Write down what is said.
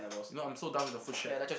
you know I'm so done with the food shack